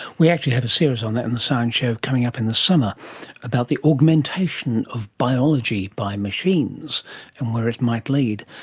we actually have a series on that in the science show coming up in the summer about the augmentation of biology by machines and where it might lead.